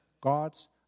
God's